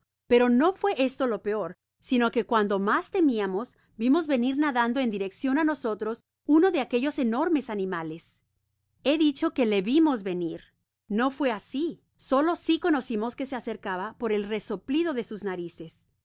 pero no fué esto lo peor sino que cuando mas temiamos vimos venir nadando en direccion á nosotros uno de aquellos enormes animales he dicho que le vimos venir no fué asi solo si conocimos que se acercaba por el resoplido de sus narices